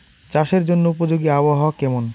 চাষের জন্য উপযোগী আবহাওয়া কেমন?